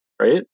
Right